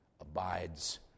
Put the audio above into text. abides